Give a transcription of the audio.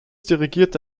dirigierte